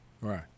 Right